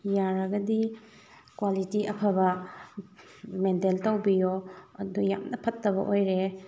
ꯌꯥꯔꯒꯗꯤ ꯀ꯭ꯋꯥꯂꯤꯇꯤ ꯑꯐꯕ ꯃꯦꯟꯇꯦꯟ ꯇꯧꯕꯤꯌꯣ ꯑꯗꯨ ꯌꯥꯝꯅ ꯐꯠꯇꯕ ꯑꯣꯏꯔꯦ